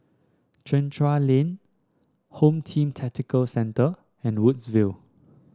Chencharu Lane Home Team Tactical Centre and Woodsville